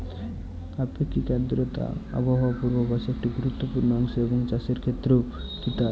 আপেক্ষিক আর্দ্রতা আবহাওয়া পূর্বভাসে একটি গুরুত্বপূর্ণ অংশ এবং চাষের ক্ষেত্রেও কি তাই?